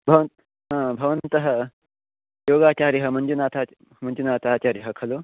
भवन् भवन्तः योगाचार्यः मञ्जुनाथः मञ्जुनाथाचार्यः खलु